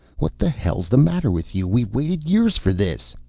what the hell's the matter with you? we've waited years for this.